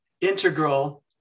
integral